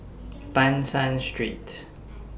Ban San Street